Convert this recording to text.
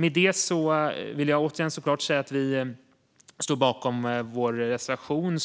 Med det vill jag återigen säga att vi står bakom vår reservation.